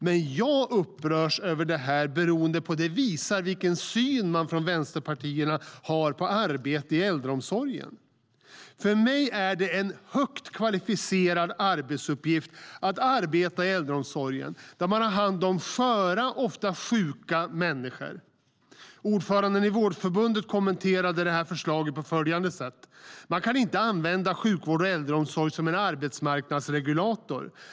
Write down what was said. Men jag upprörs över detta beroende på att det visar vilken syn vänsterpartierna har på arbete i äldreomsorgen. För mig är det en högt kvalificerad arbetsuppgift att arbeta i äldreomsorgen, där man har hand om sköra och ofta sjuka människor. Ordföranden för Vårdförbundet kommenterade det här förslaget på följande sätt: Man kan inte använda sjukvård och äldreomsorg som en arbetsmarknadsregulator.